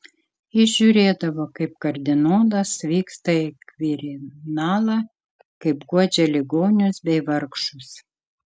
jis žiūrėdavo kaip kardinolas vyksta į kvirinalą kaip guodžia ligonius bei vargšus